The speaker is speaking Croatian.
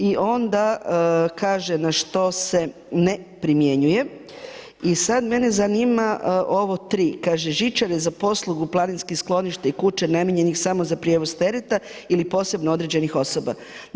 I onda kaže na što se ne primjenjuje i sad mene zanima ovo 3 kaže žičare za poslugu planinskih skloništa i kuća namijenjenih samo za prijevoz tereta ili posebno određenih osoba.